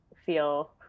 feel